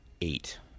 eight